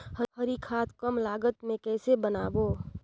हरी खाद कम लागत मे कइसे बनाबो?